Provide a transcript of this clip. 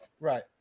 Right